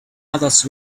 others